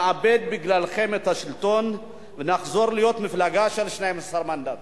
בגללכם נאבד את השלטון ונחזור להיות מפלגה של 12 מנדטים.